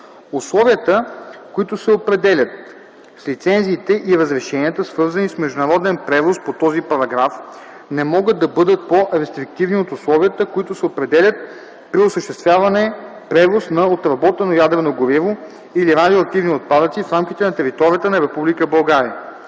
Условията, които се определят с лицензиите и разрешенията, свързани с международен превоз по този параграф, не могат да бъдат по-рестриктивни от условията, които се определят при осъществяване превоз на отработено ядрено гориво или радиоактивни отпадъци в рамките на територията на